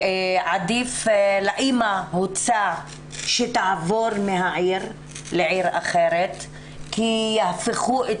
לאימא הוצע שתעבור מהעיר לעיר אחרת כי יהפכו את